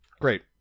great